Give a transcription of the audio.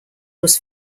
was